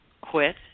quit